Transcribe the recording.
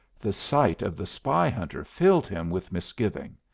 the sight of the spy hunter filled him with misgiving,